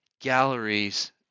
galleries